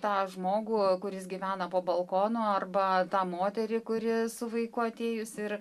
tą žmogų kuris gyvena po balkonu arba tą moterį kuri su vaiku atėjus ir